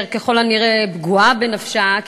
ככל הנראה פגועה בנפשה,